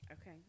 Okay